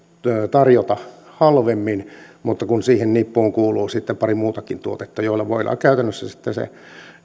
tarjota halvemmin mutta siihen nippuun kuuluu sitten pari muutakin tuotetta joilla voidaan käytännössä sitten